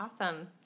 Awesome